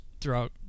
throughout